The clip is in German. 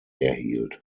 erhielt